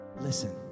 listen